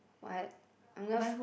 what I'm gonna f~